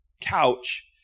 couch